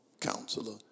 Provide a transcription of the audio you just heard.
Counselor